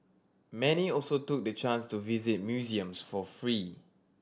many also took the chance to visit museums for free